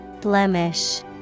Blemish